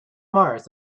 mars